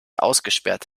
ausgesperrt